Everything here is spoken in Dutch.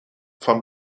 van